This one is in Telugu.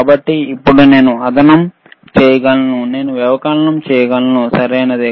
కాబట్టి ఇప్పుడు నేను అదనం చేయగలను నేను వ్యవకలనం చేయగలను సరియైనది